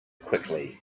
quickly